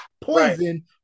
Poison